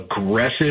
aggressive